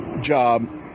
job